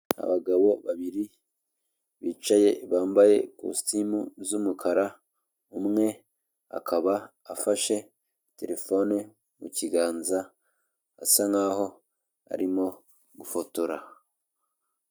Abagabo babiri bicaye bambaye ikositimu z'umukara, umwe akaba afashe terefone mu kiganza asa nkaho arimo gufotora.